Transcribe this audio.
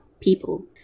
people